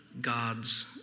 God's